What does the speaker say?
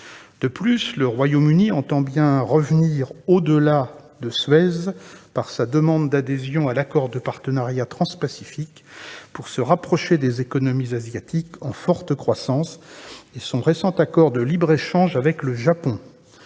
De plus, le Royaume-Uni entend bien revenir « au-delà de Suez » par sa demande d'adhésion à l'Accord de partenariat transpacifique, pour se rapprocher des économies asiatiques en forte croissance, et son récent accord de libre-échange avec le Japon.